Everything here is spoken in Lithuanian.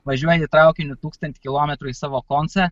važiuoji traukiniu tūkstantį kilometrų į savo koncą